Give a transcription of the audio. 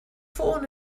ffôn